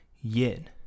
yin